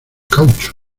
caucho